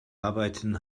arbeiten